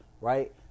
right